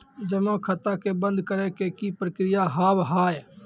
जमा खाता के बंद करे के की प्रक्रिया हाव हाय?